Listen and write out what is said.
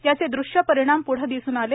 याचे दृश्य परिणाम प्ढे दिसून आले